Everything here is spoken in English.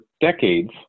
decades